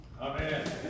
Amen